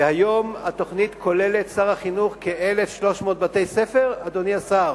והיום התוכנית כוללת כ-1,300 בתי-ספר, אדוני השר?